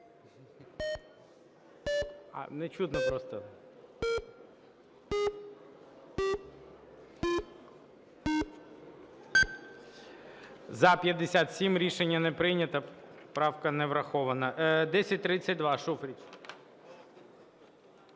За-61 Рішення не прийнято. Правка не врахована. 1034, Шуфрич.